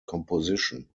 composition